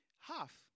half